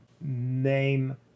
name